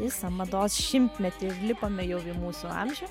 visą mados šimtmetį ir lipame jau į mūsų amžių